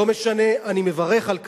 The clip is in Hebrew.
לא משנה, אני מברך על כך.